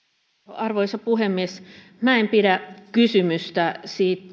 arvoisa puhemies minä en pidä kysymystä